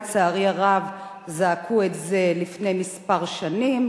לצערי הרב זעקו את זה לפני כמה שנים,